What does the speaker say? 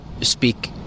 speak